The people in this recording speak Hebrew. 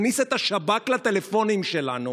הכניס את השב"כ לטלפונים שלנו,